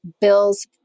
bills